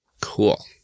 Cool